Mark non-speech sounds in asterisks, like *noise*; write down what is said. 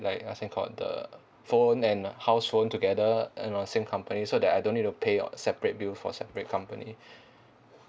like as in called the phone and house phone together and all same company so that I don't need to pay separate bill for separate company *breath*